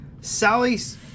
Sally's